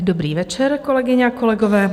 Dobrý večer, kolegyně a kolegové.